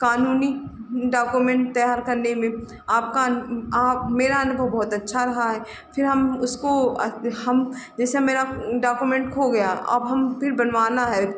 कानूनी डॉक्यूमेन्ट तैयार करने में आपका आप मेरा अनुभव बहुत अच्छा रहा है फिर हम उसको हम जैसे मेरा डॉक्यूमेन्ट खो गया अब हम फिर बनवाना है